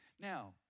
Now